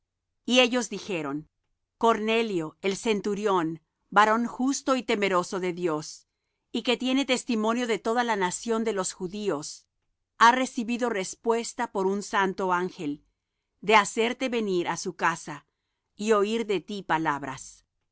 y ellos dijeron cornelio el centurión varón justo y temeroso de dios y que tiene testimonio de toda la nación de los judíos ha recibido respuesta por un santo ángel de hacerte venir á su casa y oir de ti palabras